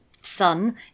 son